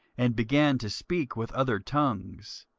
and began to speak with other tongues,